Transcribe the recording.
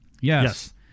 Yes